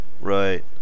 Right